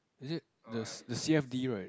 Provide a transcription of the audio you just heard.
is it the the C_F_D right